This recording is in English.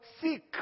Seek